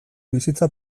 bizitza